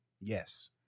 Yes